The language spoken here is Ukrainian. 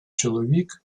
чоловік